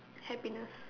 happiness